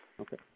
Okay